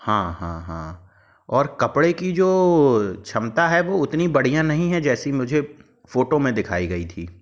हाँ हाँ हाँ और कपड़े की जो क्षमता है वो उतनी बढ़िया नहीं है जैसी मुझे फ़ोटो में दिखाई गई थी